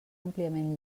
àmpliament